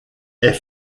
est